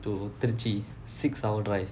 to tirchy six hour drive